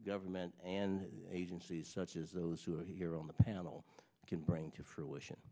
government and agencies such as those who are here on the panel can bring to fruition